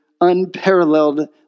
unparalleled